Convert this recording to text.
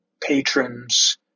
patrons